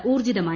ഊർജ്ജിതമായി